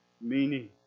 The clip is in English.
meaning